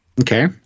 okay